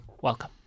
Welcome